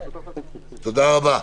תודה רבה.